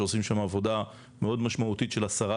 שעושים שם עבודה מאוד משמעותית של הסרת